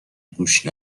گوش